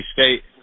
State